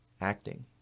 acting